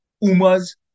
Uma's